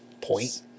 point